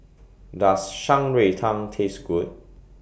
Does Shan Rui Tang Taste Good